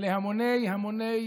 ולהמוני המוני